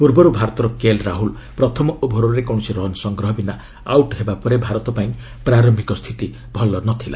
ପୂର୍ବରୁ ଭାରତର କେଏଲ୍ ରାହୁଲ ପ୍ରଥମ ଓଭରରେ କୌଣସି ରନ୍ ସଂଗ୍ରହ ବିନା ଆଉଟ୍ ହେବା ପରେ ଭାରତ ପାଇଁ ପ୍ରାର୍ୟିକ ସ୍ଥିତି ଭଲ ନ ଥିଲା